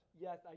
Yes